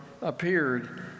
appeared